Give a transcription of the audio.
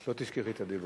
לא,